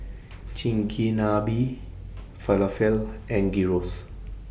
Chigenabe Falafel and Gyros